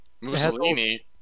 Mussolini